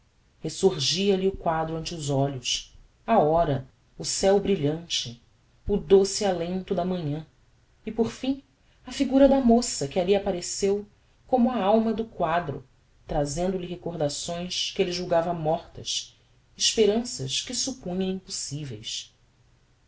grande resurgia lhe o quadro ante os olhos a hora o ceu brilhante o doce alento da manhã e por fim a figura da moça que alli appareceu como a alma do quadro trazendo-lhe recordações que elle julgava mortas esperanças que suppunha impossiveis